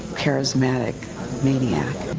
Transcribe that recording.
charismatic maniac.